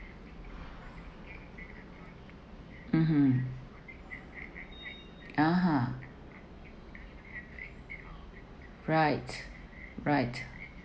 mmhmm (uh huh) right right